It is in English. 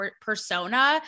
persona